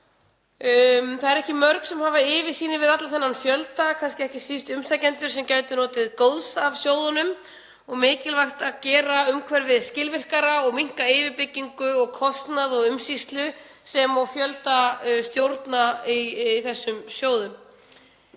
Það eru ekki mörg sem hafa yfirsýn yfir allan þennan fjölda, kannski ekki síst þeir umsækjendur sem gætu notið góðs af sjóðunum. Mikilvægt er að gera umhverfið skilvirkara og minnka yfirbyggingu, kostnað og umsýslu sem og draga úr fjölda stjórna í þessum sjóðum.